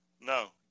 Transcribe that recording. No